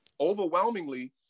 overwhelmingly